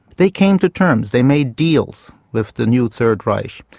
they came to terms, they made deals with the new third reich.